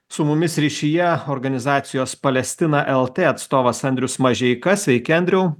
su mumis ryšyje organizacijos palestina lt atstovas andrius mažeika sveiki andriau